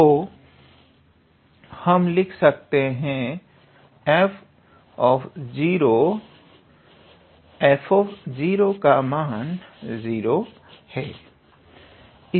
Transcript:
तो हम लिख सकते हैं f f का मान 0 है